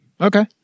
Okay